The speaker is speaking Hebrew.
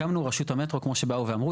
הקמנו את רשות המטרו כמו שבאו ואמרו,